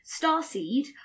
Starseed